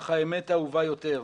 אך האמת אהובה יותר.